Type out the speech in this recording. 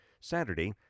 Saturday